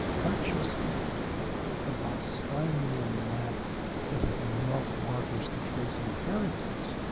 not just the botsteinian map that had enough markers to trace inheritance,